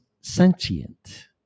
sentient